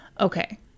Okay